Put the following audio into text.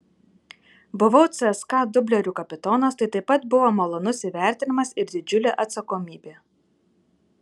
buvau cska dublerių kapitonas tai taip pat buvo malonus įvertinimas ir didžiulė atsakomybė